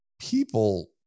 people